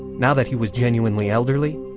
now that he was genuinely elderly,